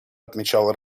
отмечал